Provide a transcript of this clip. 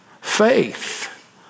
faith